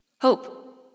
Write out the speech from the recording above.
Hope